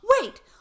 wait